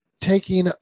taking